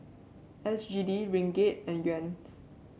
S G D Ringgit and Yuan